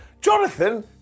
Jonathan